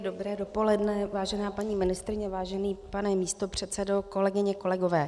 Dobré dopoledne, vážená paní ministryně, vážený pane místopředsedo, kolegyně, kolegové.